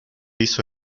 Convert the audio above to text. hizo